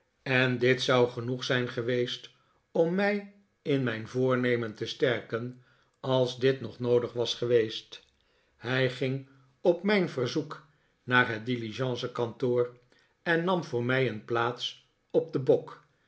en dit zou genoeg zijn geweest om mij in mijn voornemen te sterken als dit nog noodig was geweest hij ging op mijn verzoek naar het diligence kantoor en nam voor mij een plaats op den bok